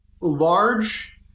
large